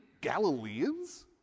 Galileans